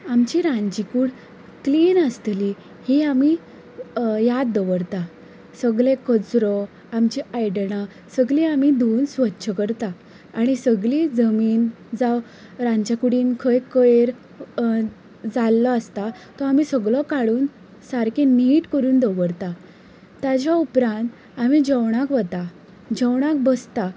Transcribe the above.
आमची रांदची कूड क्लीन आसतली ही आमी याद दवरता सगळे कचरो आमची आयदनां सगळें आमी धुवून स्वच्छ करता आनी सगळी जमीन जावं रांदचे कुडीन खंय कयर अ अन जाल्लो आसता तो आमी सगळो काडून सारके निट करून दवरता ताचे उपरांत आमी जेवणाक वता जेवणाक बसता